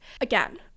Again